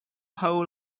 how